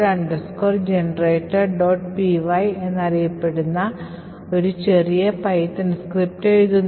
py എന്നറിയപ്പെടുന്ന ഒരു ചെറിയ python സ്ക്രിപ്റ്റ് എഴുതുന്നു